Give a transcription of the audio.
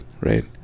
right